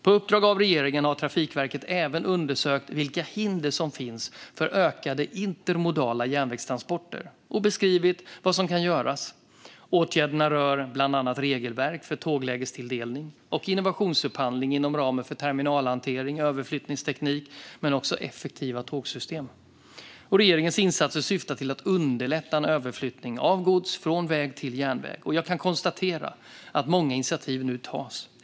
På uppdrag av regeringen har Trafikverket även undersökt vilka hinder som finns för ökade intermodala järnvägstransporter och beskrivit vad som kan göras. Åtgärderna rör bland annat regelverk för tåglägestilldelning och innovationsupphandling inom ramen för terminalhantering, överflyttningsteknik och effektiva tågsystem. Regeringens insatser syftar till att underlätta en överflyttning av gods från väg till järnväg. Jag kan konstatera att många initiativ nu tas.